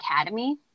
academy